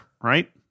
right